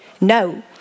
No